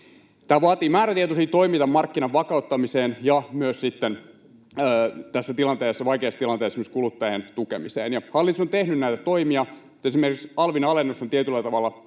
Tämä vaatii määrätietoisia toimia markkinan vakauttamiseen ja tässä vaikeassa tilanteessa myös kuluttajien tukemiseen, ja hallitus on tehnyt näitä toimia. Esimerkiksi alvin alennus on tietyllä tavalla hyvin